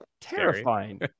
terrifying